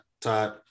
Todd